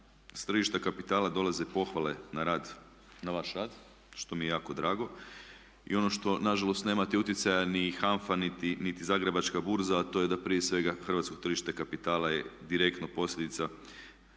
S tržišta kapitala dolaze pohvale na rad, na vaš rad što mi je jako drago. I ono što na žalost nemate utjecaja ni HANFA niti Zagrebačka burza, a to je da prije svega hrvatsko tržište kapitala je direktno posljedica